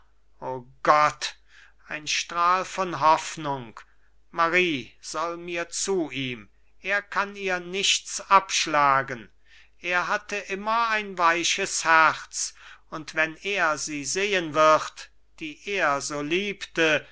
o gott ein strahl von hoffnung marie soll mir zu ihm er kann ihr nichts abschlagen er hatte immer ein weiches herz und wenn er sie sehen wird die er so liebte